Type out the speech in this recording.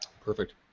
Perfect